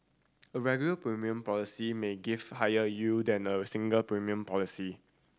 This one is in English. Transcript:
a regular premium policy may give higher yield than a single premium policy